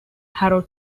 harrow